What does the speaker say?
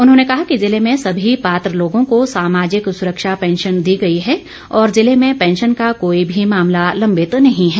उन्होंने कहा कि जिले में सभी पात्र लोगों को सामाजिक सुरक्षा पैंशन दी गई है और जिले में पैंशन का कोई भी मामला लम्बित नहीं है